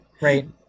right